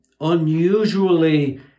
unusually